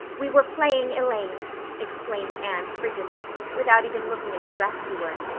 we were playing elaine explained anne frigidly, without even looking at her rescuer,